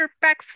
back